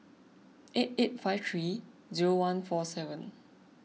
eight eight five three zero one four seven